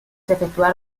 efectuar